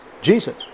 Jesus